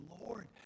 Lord